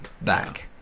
back